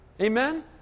Amen